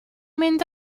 mynd